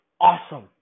Awesome